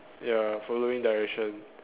ya following direction